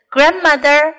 Grandmother